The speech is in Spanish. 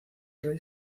rey